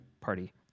party